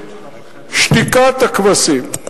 שתיקת הכבשים.